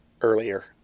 earlier